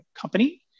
company